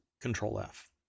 Control-F